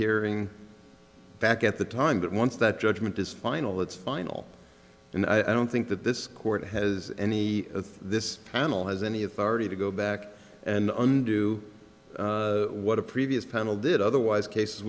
hearing back at the time that once that judgment is final that's final and i don't think that this court has any of this panel has any authority to go back and undo what a previous panel did otherwise cases